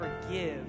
forgive